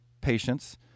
patients